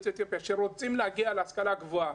יוצאי אתיופיה שרוצים להגיע להשכלה גבוהה